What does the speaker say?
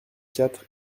quatre